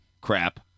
Crap